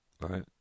Right